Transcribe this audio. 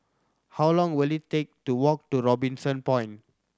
how long will it take to walk to Robinson Point